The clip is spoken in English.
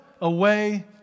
away